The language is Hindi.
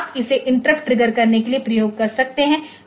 तो आप इसे इंटरप्ट ट्रिगर करने के लिए उपयोग कर सकते हैं